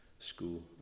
School